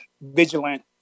vigilant